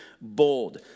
bold